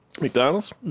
McDonald's